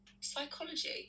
psychology